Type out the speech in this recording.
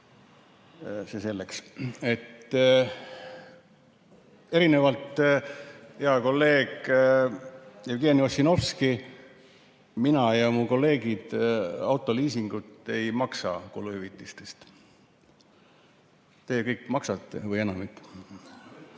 see selleks. Erinevalt heast kolleegist Jevgeni Ossinovskist mina ja mu kolleegid auto liisingut ei maksa kuluhüvitistest. Te kõik maksate või enamik.